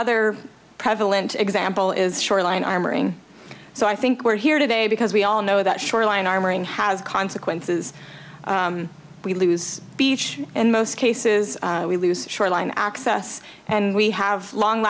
other prevalent example is shoreline armoring so i think we're here today because we all know that shoreline armoring has consequences we lose beach in most cases we lose shoreline access and we have long